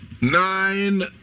nine